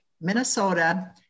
Minnesota